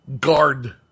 Guard